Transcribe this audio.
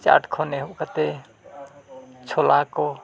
ᱪᱟᱴ ᱠᱷᱚᱱ ᱮᱦᱚᱵ ᱠᱟᱛᱮᱫ ᱪᱷᱳᱞᱟ ᱠᱚ